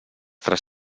tres